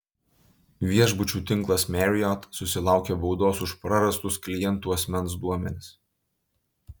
viešbučių tinklas marriott susilaukė baudos už prarastus klientų asmens duomenis